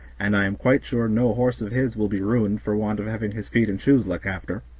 and i am quite sure no horse of his will be ruined for want of having his feet and shoes looked after.